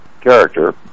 character